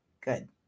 good